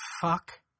fuck